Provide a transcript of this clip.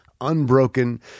unbroken